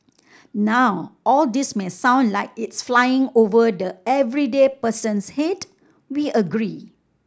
now all this may sound like it's flying over the everyday person's head we agree